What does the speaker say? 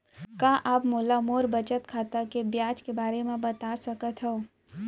का आप मोला मोर बचत खाता के ब्याज के बारे म बता सकता हव?